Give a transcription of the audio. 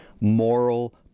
moral